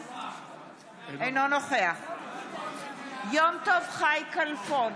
אינו נוכח יום טוב חי כלפון,